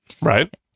Right